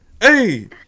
hey